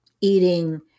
eating